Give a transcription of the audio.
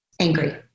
angry